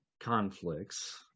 conflicts